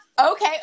Okay